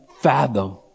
fathom